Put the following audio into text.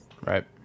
Right